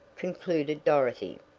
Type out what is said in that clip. concluded dorothy,